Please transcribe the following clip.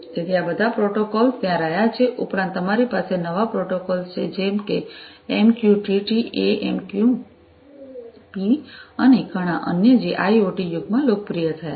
તેથી આ બધા પ્રોટોકોલો ત્યાં રહ્યા છે ઉપરાંત તમારી પાસે નવા પ્રોટોકોલો છે જેમ કે એમક્યુટીટી એએમક્યુપી અને ઘણા અન્ય જે આઇઓટી યુગમાં લોકપ્રિય થયા છે